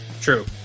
True